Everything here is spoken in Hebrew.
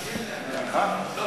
תפרגן ל"איקאה", תפרגן להם.